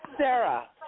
Sarah